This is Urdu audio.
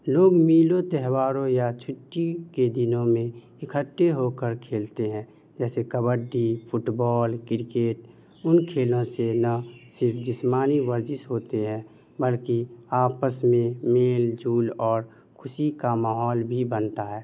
لوگ میلوں تہواروں یا چھٹی کے دنوں میں اکٹھے ہو کر کھیلتے ہیں جیسے کبڈی فٹ بال کرکٹ ان کھیلوں سے نہ صرف جسمانی ورزش ہوتی ہے بلکہ آپس میں میل جول اور خوشی کا ماحول بھی بنتا ہے